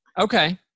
okay